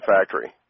factory